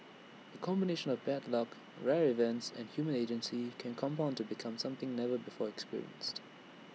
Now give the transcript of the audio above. A combination of bad luck rare events and human agency can compound to become something never before experienced